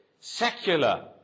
secular